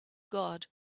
god